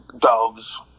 doves